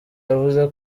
yavuze